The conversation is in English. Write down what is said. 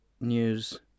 news